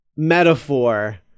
Metaphor